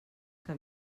que